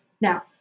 Now